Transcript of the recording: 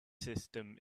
system